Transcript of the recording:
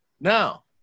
Now